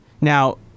Now